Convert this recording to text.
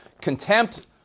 contempt